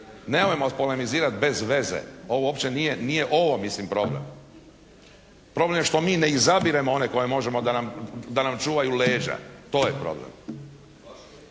Nemajmo polemizirati bez veze. Ovo uopće nije, nije ovo uopće problem. Problem je što mi ne izabiremo one koje možemo da nam čuvaju leđa. To je problem.